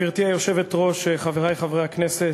גברתי היושבת-ראש, חברי חברי הכנסת,